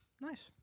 Nice